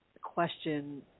question